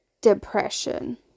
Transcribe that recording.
depression